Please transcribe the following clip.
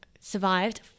Survived